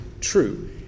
true